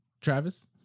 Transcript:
travis